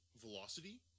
velocity